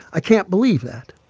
i can't believe that